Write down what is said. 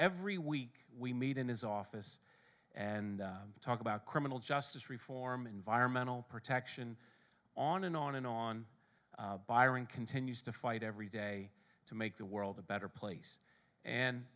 every week we meet in his office and talk about criminal justice reform environmental protection on and on and on byron continues to fight every day to make the world a better place and